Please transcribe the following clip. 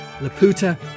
Laputa